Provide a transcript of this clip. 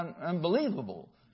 unbelievable